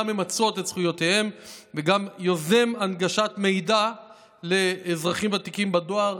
ממצות את זכויותיהן וגם יוזם הנגשת מידע לאזרחים ותיקים בדואר,